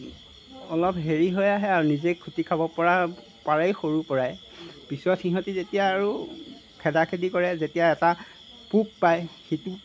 অলপ হেৰি হৈ আহে আৰু নিজেই খুটি খাব পৰা পাৰেই সৰুৰ পৰাই পিছত সিহঁতি যেতিয়া আৰু খেদা খেদি কৰে যেতিয়া এটা পোক পায় সেইটো